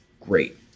great